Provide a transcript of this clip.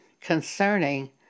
concerning